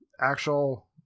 actual